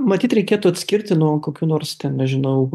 matyt reikėtų atskirti nuo kokių nors ten nežinau